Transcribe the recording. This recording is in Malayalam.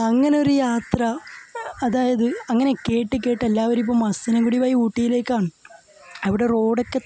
അങ്ങനൊരു യാത്ര അതായത് അങ്ങനെ കേട്ട് കേട്ട് എല്ലാവർക്കും മസനഗുഡി വഴി ഊട്ടിയിലേക്കാണ് അവിടെ റോഡൊക്കെ